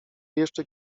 jeszcze